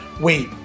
Wait